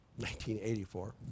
1984